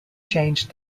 changed